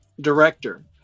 director